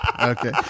Okay